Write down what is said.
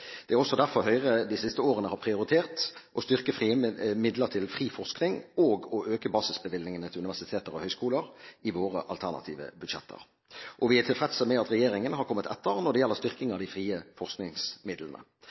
Det er også derfor Høyre de siste årene har prioritert å styrke midler til fri forskning og å øke basisbevilgningene til universiteter og høyskoler i våre alternative budsjetter. Og vi er tilfreds med at regjeringen har kommet etter når det gjelder